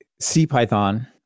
CPython